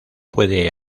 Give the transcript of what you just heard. pueden